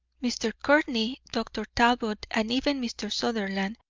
mr. courtney, dr. talbot, and even mr. sutherland,